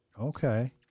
Okay